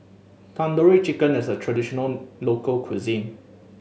Tandoori Chicken is a traditional local cuisine